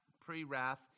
pre-wrath